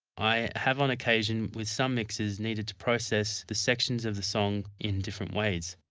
i have on occasion with some mixes needed to process the sections of the song in different ways.